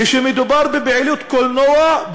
כשמדובר בפעילות קולנוע,